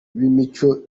b’imico